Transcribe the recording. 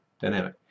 dynamic